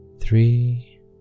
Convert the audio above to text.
three